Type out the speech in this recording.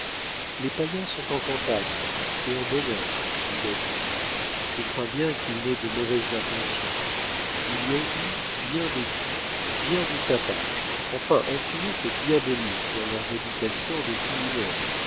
les païens sont en campagne et en bon ordre dit david je crains bien qu'ils n'aient de mauvaises intentions il y a eu bien des cris bien du tapage enfin un tumulte diabolique dans leurs habitations depuis une heure